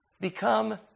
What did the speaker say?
become